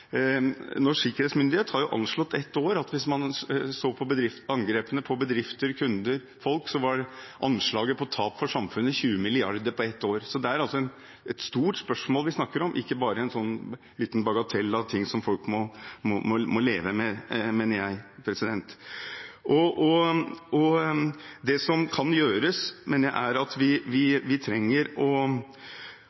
sikkerhetsmyndighet har anslått at hvis man ser på angrepene på bedrifter, på kunder, på folk, er anslaget på tap for samfunnet på 20 mrd. kr på ett år. Så det er altså et stort spørsmål vi snakker om, og ikke bare en liten bagatell av ting som folk må leve med, mener jeg. Det vil alltid bli sagt at disse opererer internasjonalt. De kan bo i nabolaget, for det er tydelig at